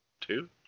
two